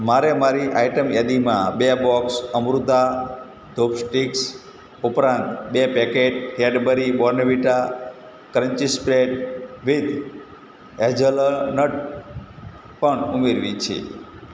મારે મારી આઇટમ યાદીમાં બે બોક્સ અમૃતા ધૂપ સ્ટિકસ ઉપરાંત બે packet Cadbury Bournvita crunchy spread with hazelnut પણ ઉમેરવી છે